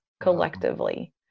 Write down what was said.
collectively